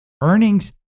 earnings